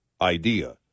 idea